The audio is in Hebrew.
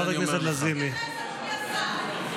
חברת הכנסת לזימי, תודה.